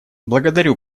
благодарю